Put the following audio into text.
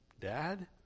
Dad